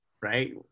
right